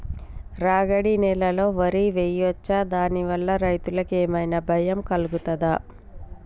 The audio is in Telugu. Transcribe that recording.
రాగడి నేలలో వరి వేయచ్చా దాని వల్ల రైతులకు ఏమన్నా భయం కలుగుతదా?